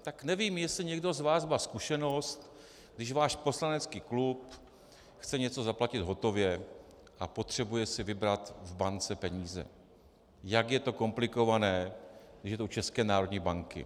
Tak nevím, jestli někdo z vás má zkušenost, když váš poslanecký klub chce něco zaplatit hotově a potřebuje si vybrat v bance peníze, jak je to komplikované, když je to u České národní banky.